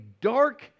dark